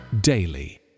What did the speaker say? daily